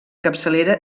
capçalera